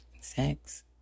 sex